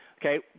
Okay